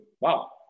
Wow